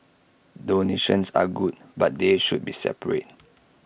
donations are good but they should be separate